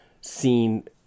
seen